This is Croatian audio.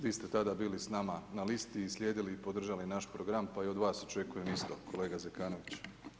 Vi ste tada bili s nama na listi i slijedili i podržali naš program pa i od vas očekujem isto, kolega Zekanović.